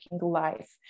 life